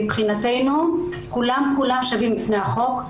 מבחינתנו כולם כולם שווים בפני החוק,